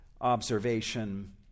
observation